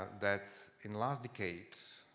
that in last the case,